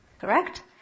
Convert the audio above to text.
Correct